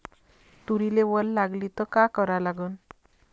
तुरीले वल लागली त का करा लागन?